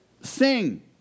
Sing